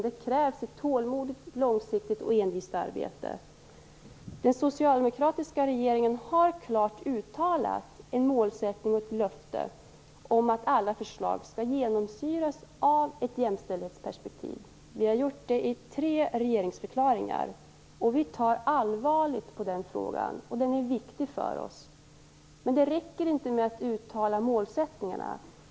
Det krävs ett tålmodigt, långsiktigt och envist arbete. Den socialdemokratiska regeringen har klart uttalat en målsättning och ett löfte om att alla förslag skall genomsyras av ett jämställdhetsperspektiv. Vi har gjort det i tre regeringsförklaringar. Vi tar allvarligt på den frågan. Den är viktig för oss. Men det räcker inte att uttala målsättningarna.